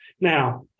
Now